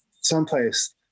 someplace